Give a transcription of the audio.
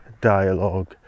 dialogue